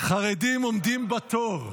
חרדים עומדים בתור.